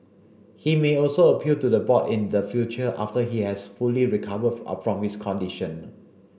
he may also appeal to the board in the future after he has fully recovered from his condition